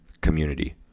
community